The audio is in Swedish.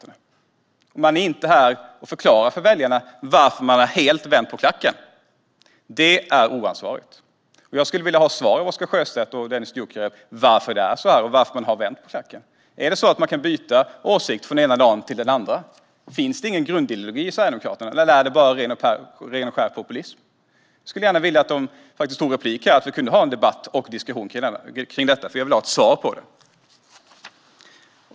Ingen av dem är här för att förklara för väljarna varför man helt har vänt på klacken. Det är oansvarigt. Jag skulle vilja ha svar från Oscar Sjöstedt och Dennis Dioukarev på varför det är så här och varför man har vänt på klacken. Är det så att man kan byta åsikt från den ena dagen till den andra? Finns det ingen grundideologi i Sverigedemokraterna? Är det bara ren och skär populism? Jag skulle gärna vilja att de tog replik här så att vi kunde ha en debatt och diskussion om detta. Jag vill ha ett svar.